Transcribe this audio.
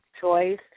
choice